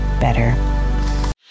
better